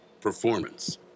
performance